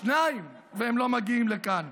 שניים, והם לא מגיעים לכאן.